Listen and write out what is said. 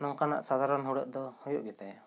ᱱᱚᱝᱠᱟᱱᱟᱜ ᱥᱟᱫᱷᱚᱨᱚᱱ ᱦᱩᱲᱟᱹᱜ ᱫᱚ ᱦᱩᱭᱩᱜ ᱜᱮ ᱛᱟᱭᱟ